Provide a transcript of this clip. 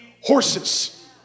horses